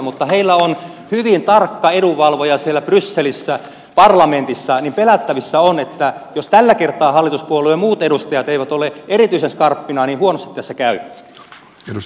mutta heillä on hyvin tarkka edunvalvoja siellä brysselissä parlamentissa joten pelättävissä on että jos tällä kertaa hallituspuolueiden muut edustajat eivät ole erityisen skarppina niin huonosti tässä käy